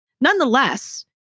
Nonetheless